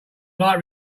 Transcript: light